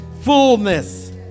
fullness